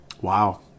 Wow